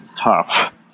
tough